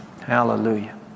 hallelujah